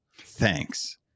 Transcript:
Thanks